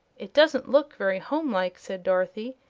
it doesn't look very homelike, said dorothy,